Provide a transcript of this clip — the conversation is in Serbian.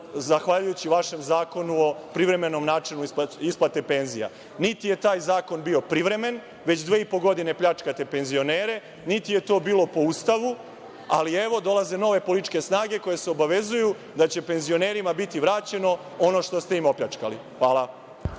zahvaljujući vašem Zakonu o privremenom načinu isplate penzija. Niti je taj zakon bio privremen. Već dve i po godine pljačkate penzionere, niti je to bilo po Ustavu. Ali, evo, dolaze nove političke snage koje se obavezuju da će penzionerima biti vraćeno ono što ste im opljačkali. Hvala.